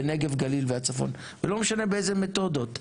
בנגב גליל והצפון ולא משנה באיזה מתודות,